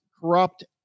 corrupt